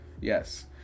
Yes